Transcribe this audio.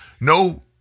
no